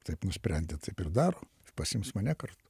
taip nusprendė taip ir daro pasiims mane kartu